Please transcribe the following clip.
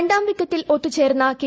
രണ്ടാം വിക്കറ്റിൽ ഒത്തുചേർന്ന കെ